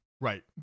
Right